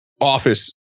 office